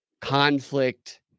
conflict